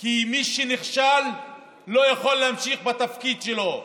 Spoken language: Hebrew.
כי מי שנכשל לא יכול להמשיך בתפקיד שלו.